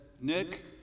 Nick